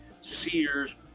Sears